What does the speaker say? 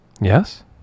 Yes